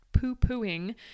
poo-pooing